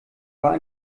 war